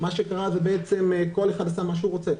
מה שקרה הוא שכל אחד עשה מה שהוא רוצה.